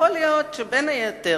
יכול להיות שבין היתר,